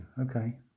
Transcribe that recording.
okay